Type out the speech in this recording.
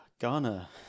Ghana